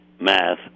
math